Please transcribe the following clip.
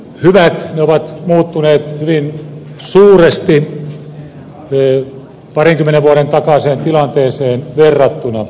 ne ovat muuttuneet hyvin suuresti parinkymmenen vuoden takaiseen tilanteeseen verrattuna